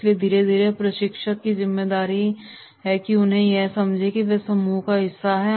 इसलिए धीरे धीरे प्रशिक्षक की जिम्मेदारी है कि वे उन्हें यह समझें कि वे समूह का हिस्सा हैं